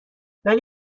ولی